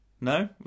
No